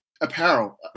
apparel